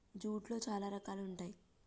జూట్లో చాలా రకాలు ఉంటాయి